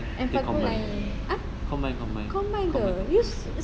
Enfagrow lain ah combine ke you